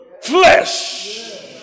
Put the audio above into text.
flesh